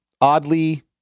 oddly